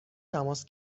تماس